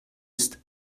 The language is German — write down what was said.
ist